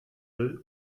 müll